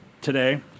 today